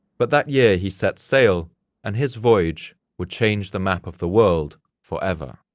but that year he set sail and his voyage would change the map of the world forever.